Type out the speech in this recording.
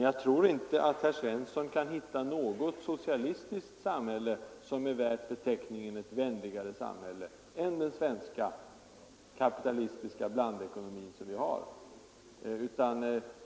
Jag tror inte att herr Svensson kan hitta något socialistiskt samhälle som är värt beteckningen vänligare än den kapitalistiska blandekonomins svenska samhälle.